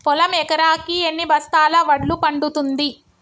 పొలం ఎకరాకి ఎన్ని బస్తాల వడ్లు పండుతుంది?